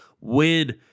win